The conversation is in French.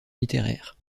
littéraire